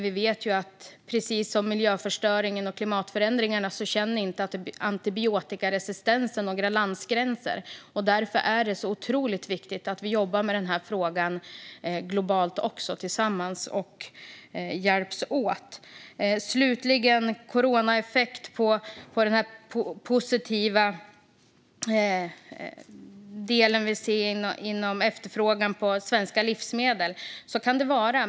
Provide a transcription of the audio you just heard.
Vi vet ju att precis som miljöförstöringen och klimatförändringarna känner inte antibiotikaresistensen några landsgränser. Därför är det otroligt viktigt att vi jobbar med den här frågan också globalt tillsammans och hjälps åt. Slutligen kan det vara så att coronan har effekt på efterfrågan på svenska livsmedel.